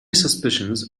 suspicions